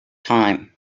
time